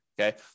okay